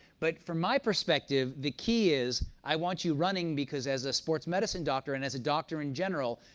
but from my perspective, the key is i want you running because as a sports medicine doctor, and as a doctor in general,